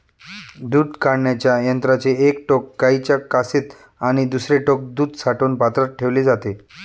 दूध काढण्याच्या यंत्राचे एक टोक गाईच्या कासेत आणि दुसरे टोक दूध साठवण पात्रात ठेवले जाते